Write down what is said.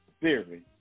theory